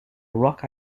rock